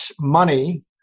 money